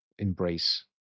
Embrace